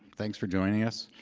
thanks for joining us.